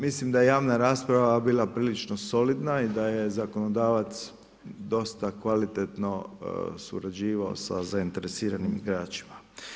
Mislim da je javna rasprava bila prilično solidna i da je zakonodavac dosta kvalitetno surađivao sa zainteresiranim igračima.